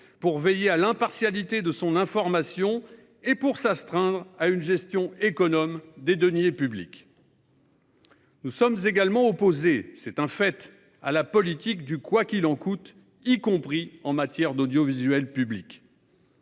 pour veiller à l'impartialité de son information et pour s'astreindre à une gestion économe des deniers publics. Nous sommes également opposés, c'est un fait, à la politique du « quoi qu'il en coûte », y compris en matière d'audiovisuel public.